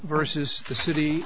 versus the city